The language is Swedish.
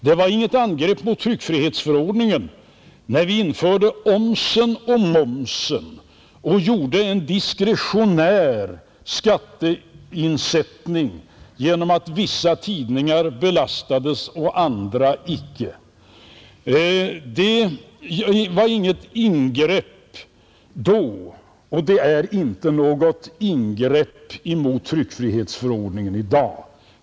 Det var inget angrepp mot tryckfrihetsförordningen när vi införde omsen och momsen och gjorde en diskretionär skatteinsättning genom att vissa tidningar belastades och andra icke, Det var inget ingrepp då och det är inte något ingrepp mot tryckfrihetsförordningen i dag.